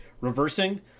reversing